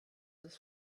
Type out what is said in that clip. das